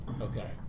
Okay